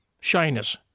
shyness